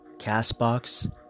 Castbox